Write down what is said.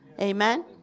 Amen